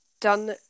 done